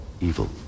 Evil